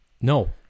no